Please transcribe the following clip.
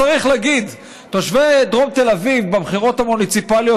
צריך להגיד: תושבי דרום תל אביב בבחירות המוניציפליות